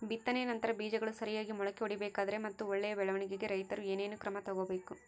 ಬಿತ್ತನೆಯ ನಂತರ ಬೇಜಗಳು ಸರಿಯಾಗಿ ಮೊಳಕೆ ಒಡಿಬೇಕಾದರೆ ಮತ್ತು ಒಳ್ಳೆಯ ಬೆಳವಣಿಗೆಗೆ ರೈತರು ಏನೇನು ಕ್ರಮ ತಗೋಬೇಕು?